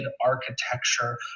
architecture